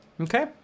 Okay